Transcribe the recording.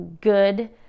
good